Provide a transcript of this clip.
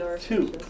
Two